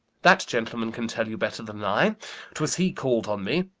that gentleman can tell you better than i twas he called on me,